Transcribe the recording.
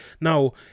Now